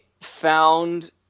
found